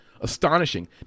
Astonishing